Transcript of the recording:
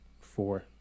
four